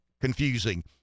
confusing